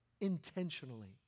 intentionally